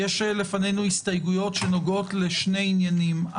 יש לפנינו הסתייגויות שנוגעות לשני עניינים,